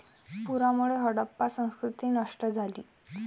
पुरामुळे हडप्पा संस्कृती नष्ट झाली